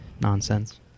nonsense